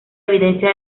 evidencia